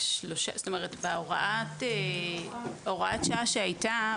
הוראת שעה שהייתה,